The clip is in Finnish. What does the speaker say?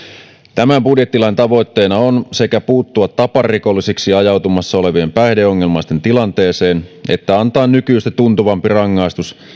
tämän budjettilain tavoitteena on sekä puuttua taparikollisiksi ajautumassa olevien päihdeongelmaisten tilanteeseen että antaa nykyistä tuntuvampi rangaistus